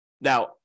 Now